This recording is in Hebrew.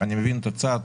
אני מבין את הצעד.